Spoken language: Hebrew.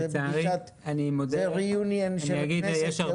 זה רה-יוניון של הכנסת?